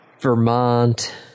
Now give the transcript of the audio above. Vermont